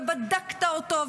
ובדקת אותו,